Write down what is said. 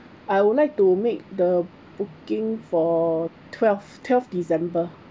I would like to make the booking for twelth twelth december